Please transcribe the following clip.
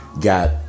Got